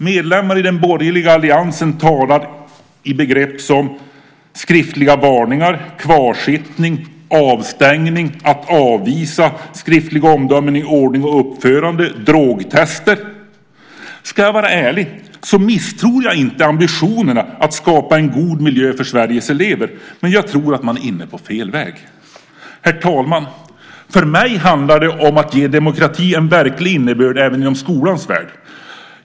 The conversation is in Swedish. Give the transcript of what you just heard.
Medlemmar i den borgerliga alliansen talar med begrepp som skriftliga varningar, kvarsittning, avstängning, att avvisa, skriftliga omdömen i ordning och uppförande och drogtester. Ska jag vara ärlig misstror jag inte ambitionerna att skapa en god miljö för Sveriges elever, men jag tror att man är inne på fel väg. Herr talman! För mig handlar det om att ge demokratin en verklig innebörd även i skolans värld.